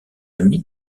ami